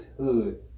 hood